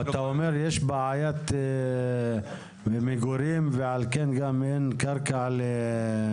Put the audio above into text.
אתה אומר יש בעיית מגורים ועל כן גם אין קרקע לתעסוקה?